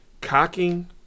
cocking